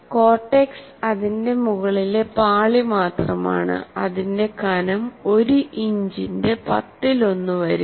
cortex അതിന്റെ മുകളിലെ പാളി മാത്രമാണ്അതിന്റെ കനം ഒരു ഇഞ്ചിന്റെ പത്തിലൊന്ന് വരും